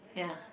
ya